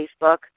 Facebook